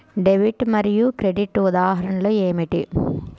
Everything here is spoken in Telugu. డెబిట్ మరియు క్రెడిట్ ఉదాహరణలు ఏమిటీ?